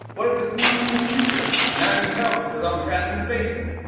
what if it's me from the future, and i need help because i'm trapped in a basement?